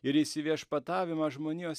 ir įsiviešpatavimą žmonijos